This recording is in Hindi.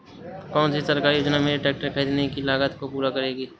कौन सी सरकारी योजना मेरे ट्रैक्टर ख़रीदने की लागत को पूरा करेगी?